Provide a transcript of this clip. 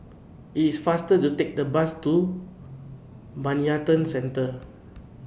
IT IS faster to Take The Bus to Bayanihan Centre